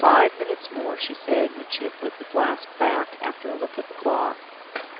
five minutes more, she said, when she had put the flask back, after a look at the clock.